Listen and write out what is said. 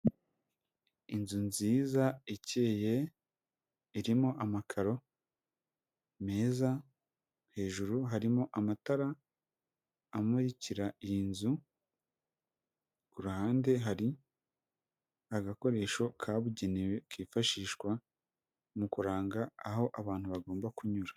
Inzu nziza ikeye irimo amakaro meza, hejuru harimo amatara amurikira iyi nzu, ku ruhande hari agakoresho kabugenewe kifashishwa mu kuranga aho abantu bagomba kunyura.